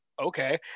okay